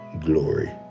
glory